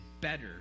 better